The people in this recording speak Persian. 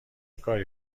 کاری